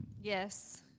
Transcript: Yes